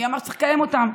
מי אמר שצריך לקיים אותן?